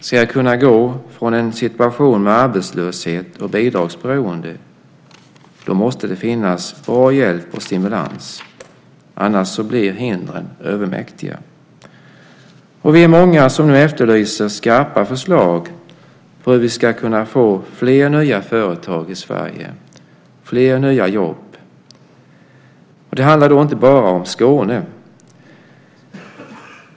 Ska jag kunna gå från en situation med arbetslöshet och bidragsberoende måste det finnas bra hjälp och stimulans, annars blir hindren övermäktiga. Vi är många som nu efterlyser skarpa förslag på hur vi ska kunna få fler nya företag i Sverige, fler nya jobb. Det handlar då inte bara om Skåne.